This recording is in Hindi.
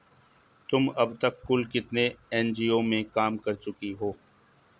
तुम अब तक कुल कितने एन.जी.ओ में काम कर चुकी हो?